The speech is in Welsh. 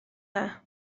dda